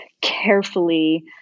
carefully